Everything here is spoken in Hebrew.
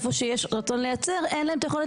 איפה שיש רצון לייצר אין להם את היכולת